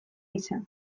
izan